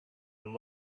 and